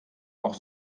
noch